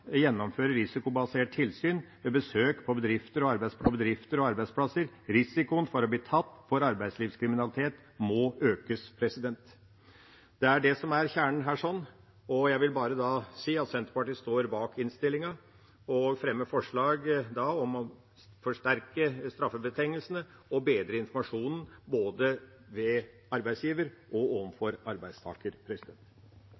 gjennomføre risikobasert tilsyn ved besøk på bedrifter og arbeidsplasser. Risikoen for å bli tatt for arbeidslivskriminalitet må økes.» Det er kjernen i dette. Jeg vil til slutt si at Senterpartiet anbefaler innstillingen og støtter da forslaget om å forsterke straffebestemmelsene og bedre informasjonen overfor både arbeidsgivere og